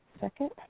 second